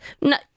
No